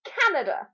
Canada